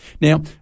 Now